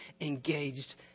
engaged